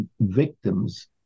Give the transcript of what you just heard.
victims